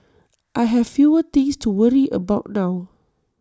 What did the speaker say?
I have fewer things to worry about now